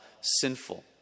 sinful